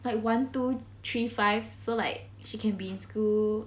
but one two three five so like she can be in school